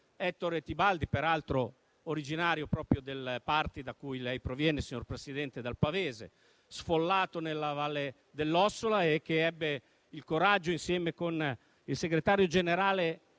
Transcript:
Ettore Tibaldi, peraltro originario proprio del pavese, da cui lei proviene, signor Presidente, sfollato nella Valle dell'Ossola e che ebbe il coraggio, insieme con il segretario generale